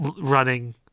running